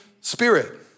Spirit